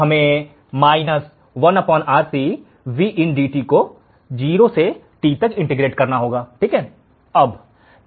हमें 1 RC को 0 से t तक इंटीग्रेट करना है ठीक है